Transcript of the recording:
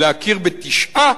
להכיר בתשעה,